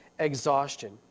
exhaustion